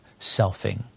selfing